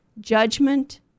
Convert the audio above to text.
judgment